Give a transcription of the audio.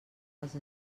als